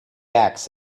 axe